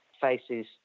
faces